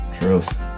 Truth